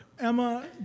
Emma